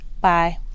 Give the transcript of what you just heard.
Bye